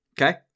Okay